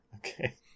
Okay